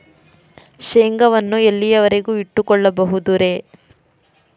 ಶೇಂಗಾವನ್ನು ಎಲ್ಲಿಯವರೆಗೂ ಇಟ್ಟು ಕೊಳ್ಳಬಹುದು ರೇ?